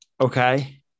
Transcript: Okay